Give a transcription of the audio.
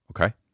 okay